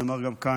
אני גם אומר כאן: